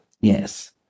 Yes